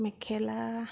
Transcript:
মেখেলা